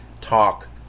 talk